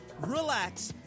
relax